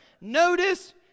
Notice